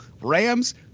Rams